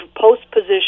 post-position